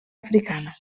africana